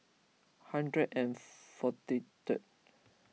hundred and forty third